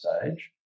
stage